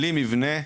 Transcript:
בלי מבנה,